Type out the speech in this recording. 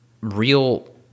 real